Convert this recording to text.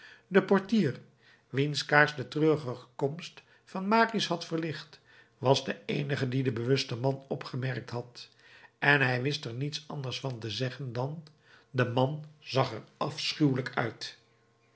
de portier wiens kaars de treurige komst van marius had verlicht was de eenige die den bewusten man opgemerkt had en hij wist er niets anders van te zeggen dan de man zag er afschuwelijk uit